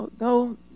No